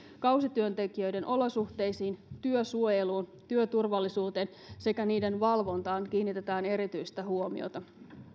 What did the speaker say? kausityöntekijöiden olosuhteisiin työsuojeluun työturvallisuuteen sekä niiden valvontaan kiinnitetään erityistä huomiota